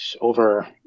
over